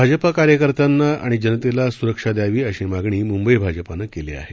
भाजपा कार्यकर्त्यांना आणि जनतेला सुरक्षा द्यावी अशी मागणी मुंबई भाजपानं केली आहे